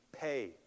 pay